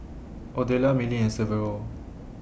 Odelia Milly and Severo